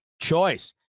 choice